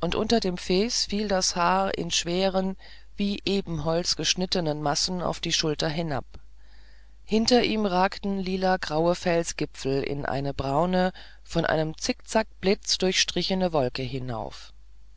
und unter dem fez fiel das haar in schweren wie in ebenholz geschnitzten massen auf die schulter hinab hinter ihm ragten lilagraue felsengipfel in eine braune von einem zickzackblitz durchstrichene wolke hinauf